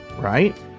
right